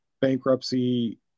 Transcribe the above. bankruptcy